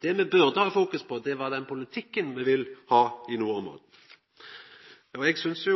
Det me burde ha fokus på, var den politikken me vil ha i nordområda. Eg synest